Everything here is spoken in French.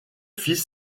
fils